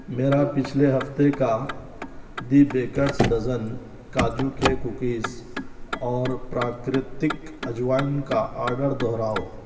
میرا پچھلے ہفتے کا دی بیکرس ڈزن کاجو کے کوکیز اور پراکرتک اجوائن کا آرڈر دوہراؤ